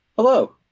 Hello